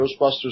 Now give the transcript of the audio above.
Ghostbusters